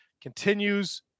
continues